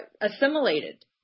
assimilated